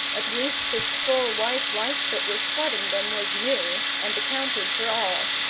at least this full white light that was flooding them was new, and accounted for all.